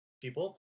people